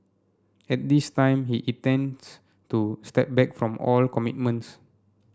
at this time he intends to step back from all commitments